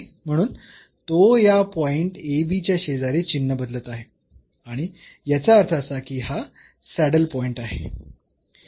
म्हणून तो या पॉईंट ab च्या शेजारी चिन्ह बदलत आहे आणि याचा अर्थ असा की हा सॅडल पॉईंट आहे